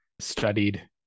studied